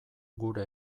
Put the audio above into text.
gure